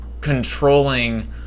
controlling